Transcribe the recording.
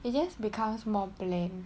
it just becomes more bland